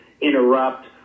interrupt